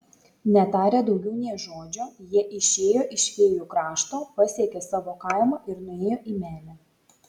netarę daugiau nė žodžio jie išėjo iš fėjų krašto pasiekė savo kaimą ir nuėjo į menę